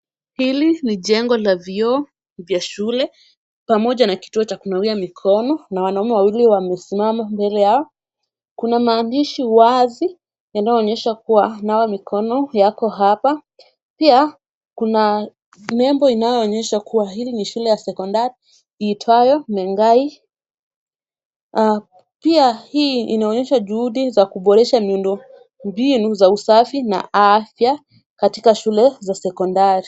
Hili ni jengo la vioo vya shule pamoja na kituo cha kunawia mikono na wanaume wawili wamesimama mbele yao. Kuna maandishi wazi yanayoonyesha kuwa nawa mikono yako hapa. Pia kuna nembo inayoonyesha kuwa hili ni shule ya sekondari iitwayo Mengai. Pia hii inaonyesha juhudi za kuboresha miundo mbinu za usafi na afya katika shule za sekondari.